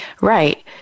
Right